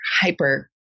hyper